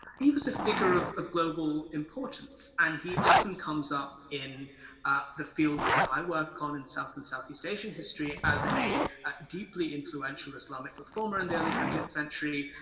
he was a figure of of global importance. and he often comes up in the fields that i work on in south and southeast asian history, as a a deeply influential islamic reformer in the early twentieth century.